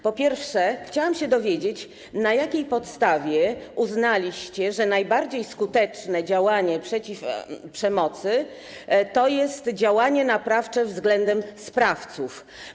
Po pierwsze, chciałam się dowiedzieć, na jakiej podstawie uznaliście, że najbardziej skuteczne działanie przeciw przemocy to jest działanie naprawcze względem sprawców?